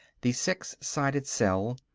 the six-sided cell,